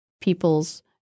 people's